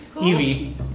Evie